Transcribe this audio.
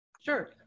Sure